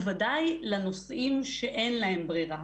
בוודאי לנוסעים שאין להם ברירה,